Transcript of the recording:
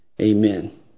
Amen